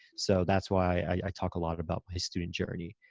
so that's why i talk a lot about my student journey.